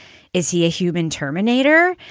is he a human terminator?